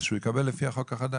אז הוא יקבל לפי החוק החדש.